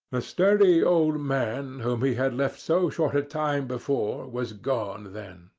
the sturdy old man, whom he had left so short a time before, was gone, then,